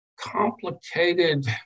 complicated